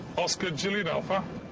oscar juliet alpha.